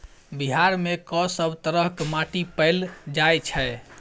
बिहार मे कऽ सब तरहक माटि पैल जाय छै?